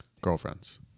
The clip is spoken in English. girlfriends